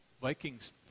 Vikings